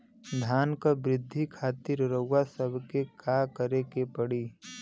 धान क वृद्धि खातिर रउआ सबके का करे के पड़ी?